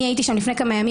אני הייתי שם לפני כמה ימים.